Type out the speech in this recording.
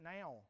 now